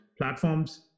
platforms